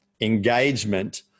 engagement